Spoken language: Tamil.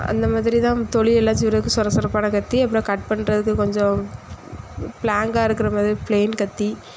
அந்த மாதிரி தான் தோலி எல்லா சீவுறதுக்கு சொர சொரப்பான கத்தி அப்புறம் கட் பண்ணுறது கொஞ்சம் ப்லாங்காக இருக்கிற மாதிரி ப்ளேன் கத்தி